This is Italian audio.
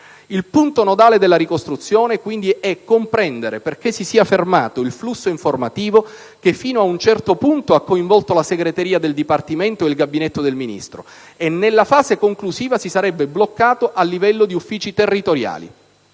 Il punto nodale della ricostruzione quindi è comprendere perché si sia fermato il flusso informativo che fino a un certo punto ha coinvolto la segreteria del Dipartimento e il Gabinetto del Ministro e nella fase conclusiva si sarebbe bloccato a livello di uffici territoriali.